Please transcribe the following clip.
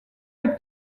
des